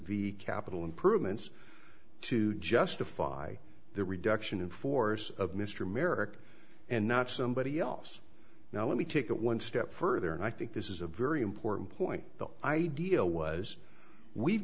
vi capital improvements to justify the reduction in force of mr merrick and not somebody else now let me take it one step further and i think this is a very important point the idea was we've